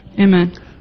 Amen